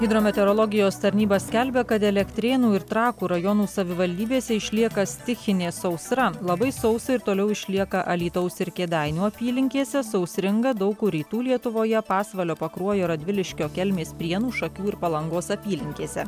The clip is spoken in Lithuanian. hidrometeorologijos tarnyba skelbia kad elektrėnų ir trakų rajonų savivaldybėse išlieka stichinė sausra labai sausa ir toliau išlieka alytaus ir kėdainių apylinkėse sausringa daug kur rytų lietuvoje pasvalio pakruojo radviliškio kelmės prienų šakių ir palangos apylinkėse